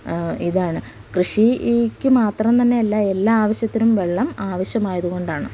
ഇതാണ് കൃഷിയ്ക്ക് മാത്രം തന്നെയല്ല എല്ലാ ആവശ്യത്തിനും വെള്ളം ആവശ്യമായതുകൊണ്ടാണ്